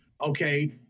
Okay